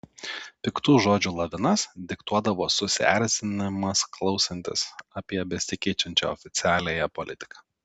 piktų žodžių lavinas diktuodavo susierzinimas klausantis apie besikeičiančią oficialiąją politiką